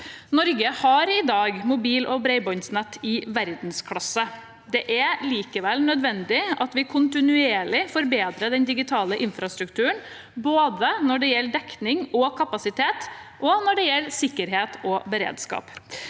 Norge har i dag mobil- og bredbåndsnett i verdensklasse. Det er likevel nødvendig at vi kontinuerlig forbedrer den digitale infrastrukturen, både når det gjelder dekning og kapasitet og når det gjelder sikkerhet og beredskap.